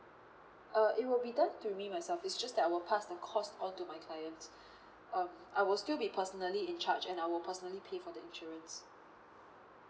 uh it will be done to me myself it's just that I will pass the cost all to my clients um I will still be personally in charge and I will personally pay for the insurance